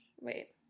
wait